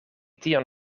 tion